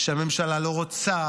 שהממשלה לא רוצה,